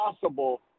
possible